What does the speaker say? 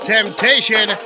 Temptation